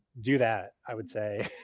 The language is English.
do that i would say.